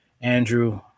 Andrew